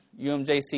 UMJC